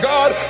God